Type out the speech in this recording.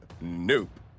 nope